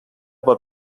por